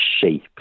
shape